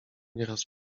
nieraz